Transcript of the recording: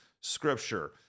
scripture